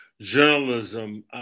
journalism